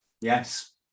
Yes